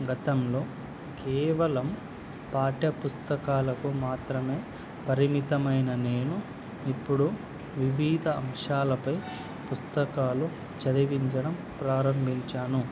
గతంలో కేవలం పాఠ్యపుస్తకాలకు మాత్రమే పరిమితమైన నేను ఇప్పుడు వివిధ అంశాలపై పుస్తకాలు చదివించడం ప్రారంభించాను